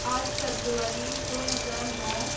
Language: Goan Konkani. आठ फेब्रुवारी दोन हजार णव